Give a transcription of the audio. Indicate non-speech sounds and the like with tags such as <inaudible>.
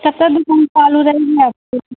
<unintelligible>